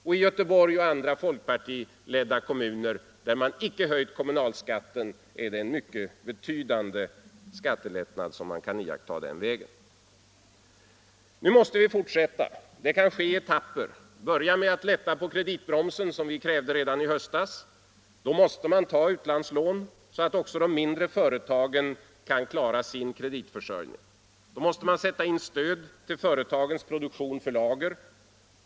Och i Göteborg och ändra folkpartiledda kommuner, där man icke höjt kommunalskatten, kan en mycket betydande skattelättnad iakttas. Nu måste vi fortsätta. Det kan ske i etapper. Börja med att lätta på kreditbromsen, som vi krävde redan i höstas. Då måste man ta utlandslån, så att också de mindre företagen kan klara sin kreditförsörjning. Då måste man sätta in stöd till företagens produktion för lager.